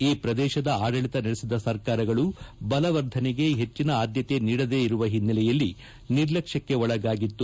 ಈ ಪ್ರದೇಶದ ಆಡಳಿತ ನಡೆಸಿದ ಸರ್ಕಾರಗಳು ಬಲವರ್ಧನೆಗೆ ಹೆಚ್ಚಿನ ಆದ್ದತೆ ನೀಡದೇ ಇರುವ ಒನ್ನೆಲೆಯಲ್ಲಿ ನಿರ್ಲಕ್ಷ್ಮಕ್ಕೆ ಒಳಗಾಗಿತ್ತು